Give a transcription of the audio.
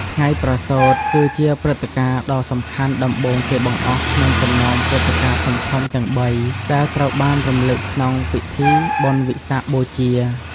ថ្ងៃប្រសូត គឺជាព្រឹត្តិការណ៍ដ៏សំខាន់ដំបូងគេបង្អស់ក្នុងចំណោមព្រឹត្តិការណ៍ធំៗទាំងបីដែលត្រូវបានរំលឹកក្នុងពិធីបុណ្យវិសាខបូជា។